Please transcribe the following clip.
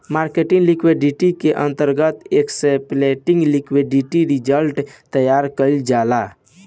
marketing liquidity के अंतर्गत explicit liquidity reserve तैयार कईल जाता